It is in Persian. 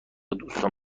دوستان